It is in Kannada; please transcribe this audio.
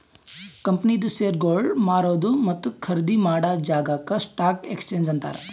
ಕಂಪನಿದು ಶೇರ್ಗೊಳ್ ಮಾರದು ಮತ್ತ ಖರ್ದಿ ಮಾಡಾ ಜಾಗಾಕ್ ಸ್ಟಾಕ್ ಎಕ್ಸ್ಚೇಂಜ್ ಅಂತಾರ್